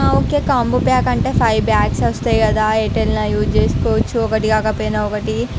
okay combo pack అంటే ఒక five bags వస్తాయి కదా ఎటు వెళ్ళిన యూజ్ చేసుకోవచ్చు ఒకటి కాకపోయిన ఒకటి